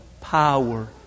power